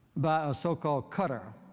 by a so-called cutter,